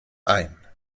ein